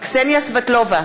קסניה סבטלובה,